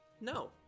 No